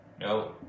no